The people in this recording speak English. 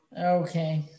Okay